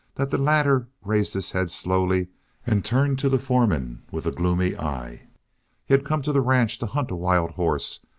that the latter raised his head slowly and turned to the foreman with a gloomy eye. he had come to the ranch to hunt a wild horse,